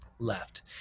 left